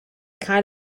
cael